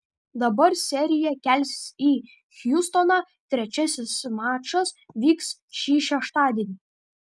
dabar serija kelsis į hjustoną trečiasis mačas vyks šį šeštadienį